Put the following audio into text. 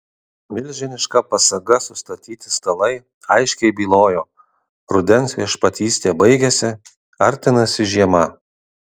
milžiniška pasaga sustatyti stalai aiškiai bylojo rudens viešpatystė baigiasi artinasi žiema